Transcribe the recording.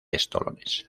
estolones